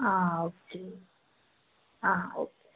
ആ ഓക്കെ ആ ഓക്കെ